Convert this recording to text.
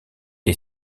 est